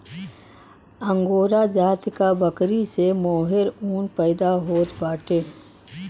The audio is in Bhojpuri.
अंगोरा जाति क बकरी से मोहेर ऊन पैदा होत बाटे